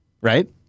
Right